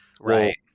Right